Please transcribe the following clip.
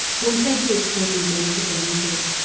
won't i be exposing them to danger?